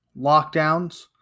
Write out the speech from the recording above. lockdowns